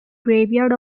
graveyard